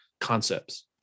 concepts